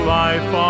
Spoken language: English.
life